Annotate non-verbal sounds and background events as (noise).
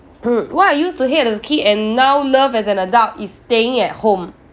(coughs) what I used to hate as kid and now love as an adult is staying at home